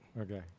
Okay